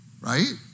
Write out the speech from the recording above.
right